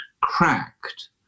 cracked